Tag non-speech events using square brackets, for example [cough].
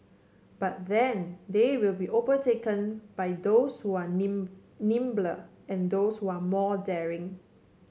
but then they will be overtaken by those who are [unintelligible] nimbler and those who are more daring